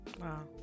Wow